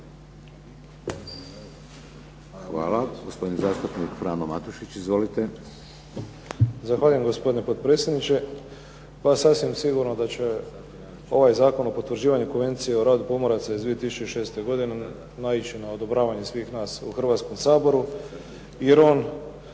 Hvala. Gospodin zastupnik Frano Matušić. Izvolite. **Matušić, Frano (HDZ)** Zahvaljujem gospodine potpredsjedniče. Pa sasvim sigurno da će ovaj Zakon o potvrđivanju Konvencije o radu pomoraca iz 2006. godine naići na odobravanje svih nas u Hrvatskom saboru jer on